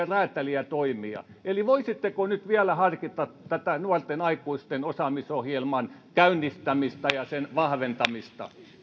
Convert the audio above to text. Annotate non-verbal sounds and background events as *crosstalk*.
*unintelligible* räätälöityjä toimia eli voisitteko nyt vielä harkita tätä nuorten aikuisten osaamisohjelman käynnistämistä ja sen vahventamista